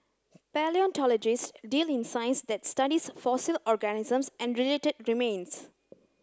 palaeontologists deal in science that studies fossil organisms and related remains